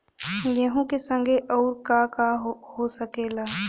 गेहूँ के संगे अउर का का हो सकेला?